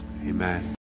Amen